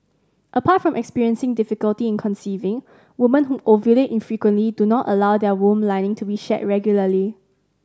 apart from experiencing difficulty in conceiving women who ovulate infrequently do not allow their womb lining to be shed regularly